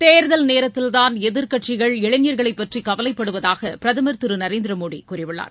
தேர்தல் நேரத்தில்தான் எதிர்க்கட்சிகள் இளைஞர்கள் பற்றி கவலைப்படுவதாக பிரதமர் திரு நரேந்திர மோடி கூறியுள்ளார்